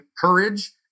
courage